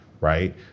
right